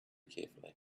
carefully